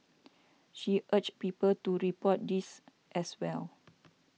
she urged people to report these as well